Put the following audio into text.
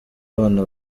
abana